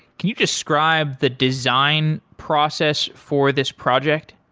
can you describe the design process for this project?